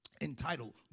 entitled